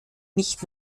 nicht